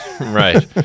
right